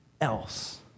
else